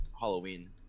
Halloween